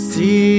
See